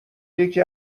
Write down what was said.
یکی